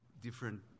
different